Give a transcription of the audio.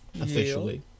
Officially